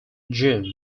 juneau